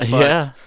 yeah.